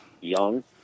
young